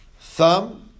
thumb